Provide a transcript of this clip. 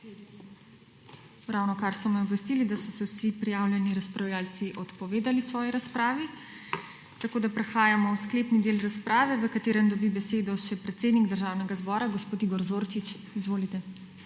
Ravnokar so me obvestili, da so se vsi prijavljeni razpravljavci odpovedali svoji razpravi, tako da prehajamo v sklepni del razprave v katerem dobi besedo še predsednik Državnega zbora, gospod Igor Zorčič. IGOR